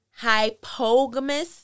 hypogamous